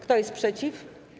Kto jest przeciw?